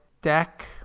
deck